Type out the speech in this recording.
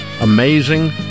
amazing